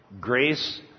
Grace